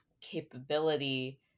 capability